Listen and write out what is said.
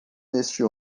neste